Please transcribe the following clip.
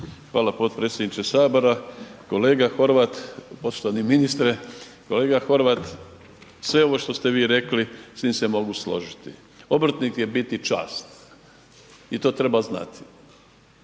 Hvala potpredsjedniče HS. Kolega Horvat, poštovani ministre kolega Horvat, sve ovo što ste vi rekli s tim se mogu složiti, obrtnik je biti čast i to treba znati,